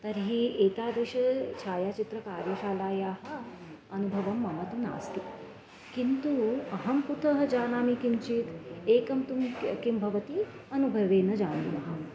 तर्हि एतादृश्यः छायाचित्रकार्यशालायाः अनुभवं मम तु नास्ति किन्तु अहं कुतः जानामि किञ्चित् एकं तु किं भवति अनुभवेन जानीमः